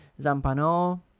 Zampano